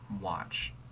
watch